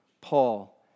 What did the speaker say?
Paul